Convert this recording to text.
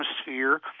atmosphere